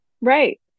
right